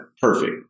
perfect